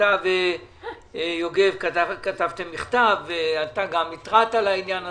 אתה ויוגב גרדוס כתבתם מכתב ואתה גם התרעת על העניין הזה.